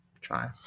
try